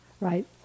right